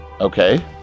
Okay